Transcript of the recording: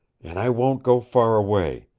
and i won't go far away.